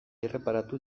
erreparatu